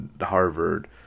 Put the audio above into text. Harvard